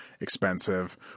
expensive